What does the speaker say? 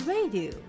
Radio